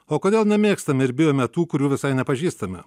o kodėl nemėgstame ir bijome tų kurių visai nepažįstame